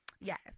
yes